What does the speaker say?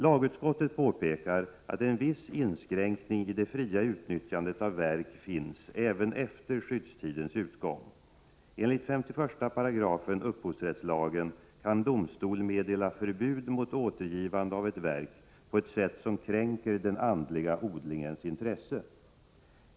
Lagutskottet påpekar att en viss inskränkning i det fria utnyttjandet av verk finns även efter skyddstidens utgång. Enligt 51 § upphovsrättslagen kan domstol meddela förbud mot återgivande av ett verk på ett sätt som kränker den andliga odlingens intresse.